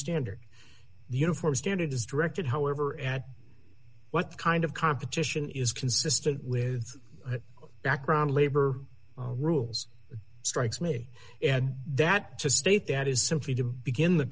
standard the uniform standard is directed however at what kind of competition is consistent with background labor rules strikes me that to state that is simply to begin the